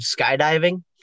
skydiving